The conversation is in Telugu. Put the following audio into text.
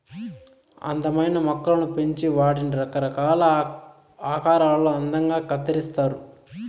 అందమైన మొక్కలను పెంచి వాటిని రకరకాల ఆకారాలలో అందంగా కత్తిరిస్తారు